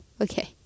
okay